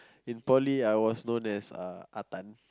in poly I was known as uh Ah-Tan